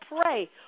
pray